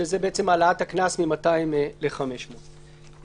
שזה העלאת הקנס מ-200 שקלים ל-500 שקלים.